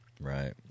Right